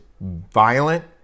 violent